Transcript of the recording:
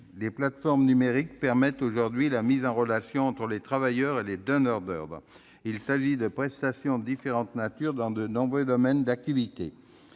Les plateformes numériques permettent aujourd'hui la mise en relation entre les travailleurs et des donneurs d'ordre. Il s'agit de prestations de différentes natures, dans de nombreux domaines d'activités.